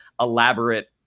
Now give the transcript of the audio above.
elaborate